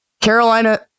Carolina